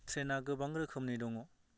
ट्रेना गोबां रोखोमनि दङ